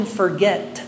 forget